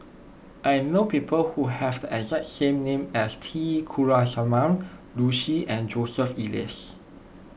I know people who have the exact name as T Kulasekaram Liu Si and Joseph Elias